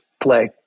play